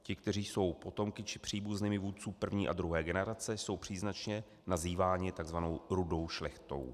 Ti, kteří jsou potomky či příbuznými vůdců první a druhé generace, jsou příznačně nazýváni tzv. rudou šlechtou.